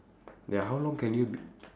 ya how long can you